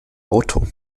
auto